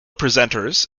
presenters